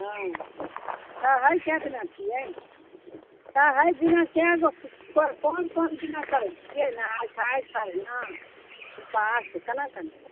हाँ सहए कए दिना छियै सहए दिना कएगो कोन कोन दिना सहैत छियै नहाए खाए खरना उपास कना करैत छियै